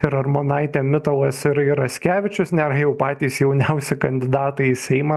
ir armonaitė mitalas ir ir raskevičius nėra jau patys jauniausi kandidatai į seimą